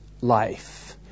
life